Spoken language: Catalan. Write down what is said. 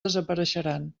desapareixeran